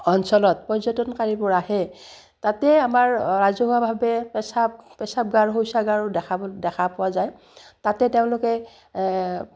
অঞ্চলত পৰ্যটনকাৰীবোৰ আহে তাতে আমাৰ ৰাজহুৱাভাৱে পেচাব পেচাব গাৰ শৌচাগাৰো দেখ দেখা পোৱা যায় তাতে তেওঁলোকে